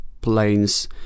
planes